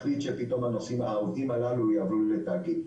מחליט שפתאום העובדים הללו יעברו לתאגיד.